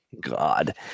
God